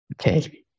Okay